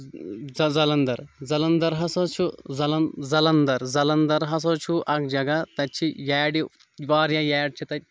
زَ زَلَندَر زَلَندَر ہَسا چھُ زَلن زَلَندَر زَلَندَر ہَسا چھُ اَکھ جگہ تَتہِ چھِ یارِ واریاہ یارِ چھِ تَتہِ